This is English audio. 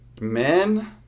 Men